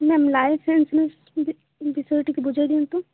ma'am life insurance ବି ବିଷୟରେ ଟିକେ ବୁଝାଇ ଦିଅନ୍ତୁ